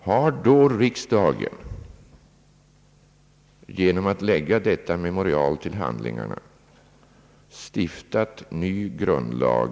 Har då riksdagen genom att lägga detta memorial till handlingarna stiftat ny grundlag?